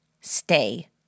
Stay